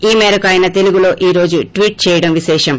ఈ మేరకు ఆయన తెలుగులో ఈ రోజు ట్వీట్ చేయడం విశేషం